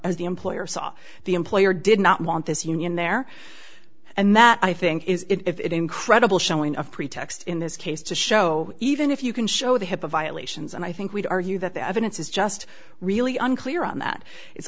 as the employer saw the employer did not want this union there and that i think is it incredible showing a pretext in this case to show even if you can show the hipaa violations and i think we'd argue that the evidence is just really unclear on that it's